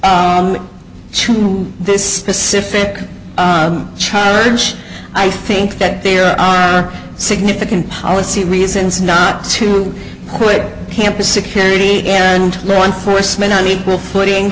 limits to this specific charge i think that there are significant policy reasons not to put campus security and law enforcement on equal footing